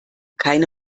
keine